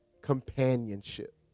companionship